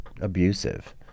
abusive